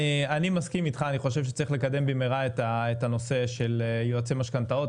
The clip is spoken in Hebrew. אני מסכים איתך ואני חושב שצריך לקדם במהרה את הנושא של יועצי משכנתאות.